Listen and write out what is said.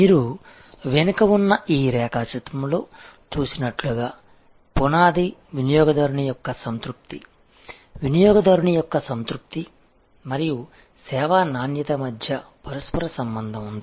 మీరు వెనుక ఉన్న ఈ రేఖాచిత్రంలో చూసినట్లుగా పునాది వినియోగదారుని యొక్క సంతృప్తి వినియోగదారుని యొక్క సంతృప్తి మరియు సేవా నాణ్యత మధ్య పరస్పర సంబంధం ఉంది